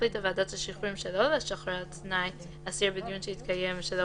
החליטה ועדת השחרורים שלא לשחרר על תנאי אסיר בדיון שהתקיים שלא